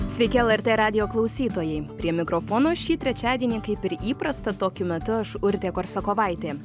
sveiki lrt radijo klausytojai prie mikrofono šį trečiadienį kaip ir įprasta tokiu metu aš urtė korsakovaitė